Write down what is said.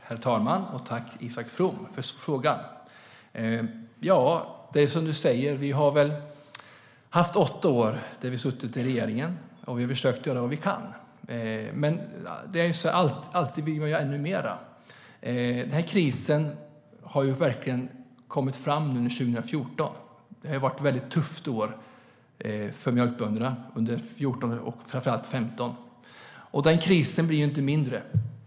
Herr talman! Jag tackar Isak From för frågan. Det är som han säger - vi har haft åtta år då vi suttit i regeringen och försökt göra vad vi kunnat. Men man vill alltid göra ännu mer. Den verkliga krisen inträdde under 2014. Det har varit väldigt tuffa år för mjölkbönderna under 2014 och framför allt 2015. Och krisen blir inte mindre.